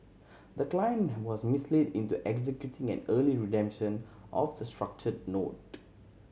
the client was misled into executing an early redemption of the structured note